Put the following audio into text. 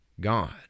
God